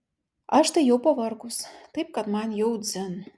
aš tai jau pavargus taip kad man jau dzin